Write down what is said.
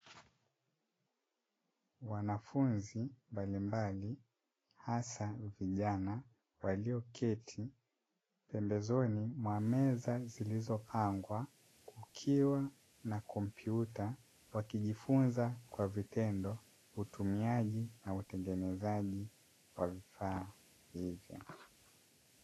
Wanafunzi mbalimbali hasa vijana, walioketi pembezoni mwa meza zilizopangwa kukiwa na kompyuta, wakijifunza kwa vitendo utumiaji na utengenezaji wa vifaa hivyo.